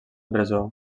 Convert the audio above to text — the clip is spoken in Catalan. presó